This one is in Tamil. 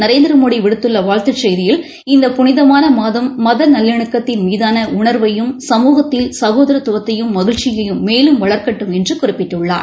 நரேந்திரமோடிவிடுத்துள்ளவாழ்த்துச் செய்தியில் இந்த புளிதமானமாதம் மதநல்லிணக்கத்தின் மீதானஉணாவையும் சமூகத்தில் சகோதரத்துவத்தையும் மகிழ்ச்சியையும் மேலும் வளர்க்கட்டும் என்றுகுறிப்பிட்டுள்ளார்